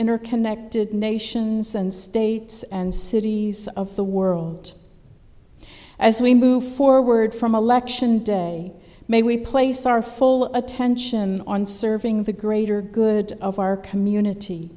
interconnected nations and states and cities of the world as we move forward from election day may we place our full attention on serving the greater good of our community